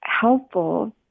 helpful